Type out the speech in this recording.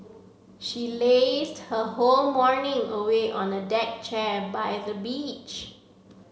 she lazed her whole morning away on a deck chair by the beach